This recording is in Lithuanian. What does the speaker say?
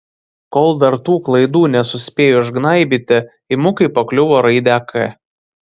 kol dar tų klaidų nesuspėjo išgnaibyti imu kaip pakliuvo raidę k